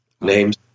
names